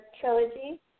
trilogy